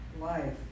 life